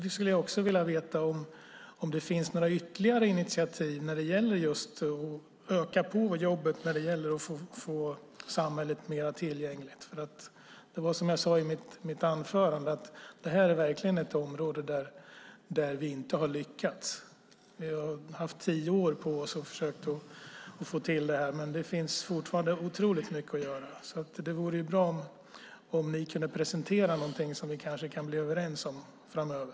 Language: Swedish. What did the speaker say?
Jag skulle också vilja veta om det finns några ytterligare initiativ när det gäller att öka på arbetet för att få samhället mer tillgängligt. Som jag sade i mitt anförande är det här verkligen ett område där vi inte har lyckats. Vi har haft tio år på oss, och vi har försökt få till det här. Men det finns fortfarande otroligt mycket att göra. Det vore bra om ni kunde presentera någonting som vi kanske kan bli överens om framöver.